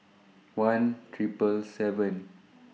one Triple seven